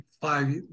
five